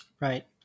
Right